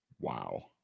Wow